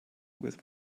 with